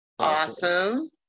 awesome